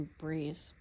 breeze